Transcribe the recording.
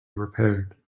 repaired